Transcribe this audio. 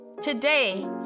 Today